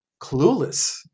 clueless